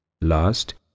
Last